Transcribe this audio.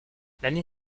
l’année